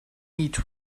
each